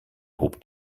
hob